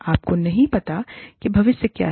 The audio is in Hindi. आपको नहीं पता कि भविष्य क्या है